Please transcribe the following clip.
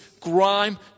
grime